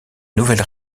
nouvelle